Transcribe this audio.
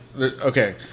Okay